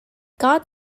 god